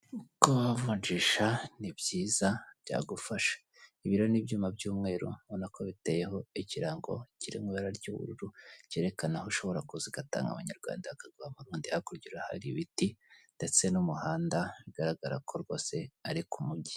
Kuba wavunjisha ni byiza byagufasha ,ibiri rero n'ibyuma by' umweru ubona ko biteyeho ikirango kiri mu ibara ry'ubururu cyerekana aho ushobora kuza ugatanga abanyarwanda bakaguha amarundi, hakurya hari ibiti ndetse n'umuhanda bigaragara ko rwose ari ku umujyi.